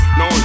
no